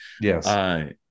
Yes